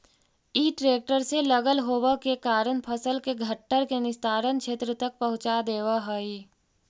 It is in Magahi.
इ ट्रेक्टर से लगल होव के कारण फसल के घट्ठर के निस्तारण क्षेत्र तक पहुँचा देवऽ हई